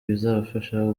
bizafasha